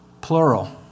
plural